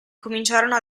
cominciarono